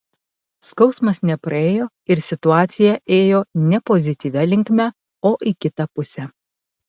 skausmas nepraėjo ir situacija ėjo ne pozityvia linkme o į kitą pusę